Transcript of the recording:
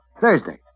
Thursday